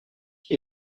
qui